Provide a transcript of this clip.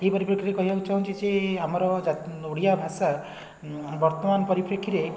ଏଇ ପରିପେକ୍ଷୀରେ କହିବାକୁ ଚାହୁଁଛି ଯେ ଆମର ଯା ଓଡ଼ିଆ ଭାଷା ବର୍ତ୍ତମାନ ପରିପେକ୍ଷୀରେ